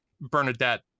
Bernadette